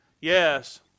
Yes